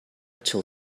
till